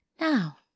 Now